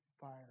fire